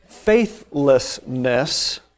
Faithlessness